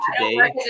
today